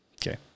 Okay